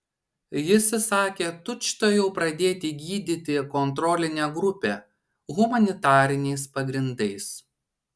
jis įsakė tučtuojau pradėti gydyti kontrolinę grupę humanitariniais pagrindais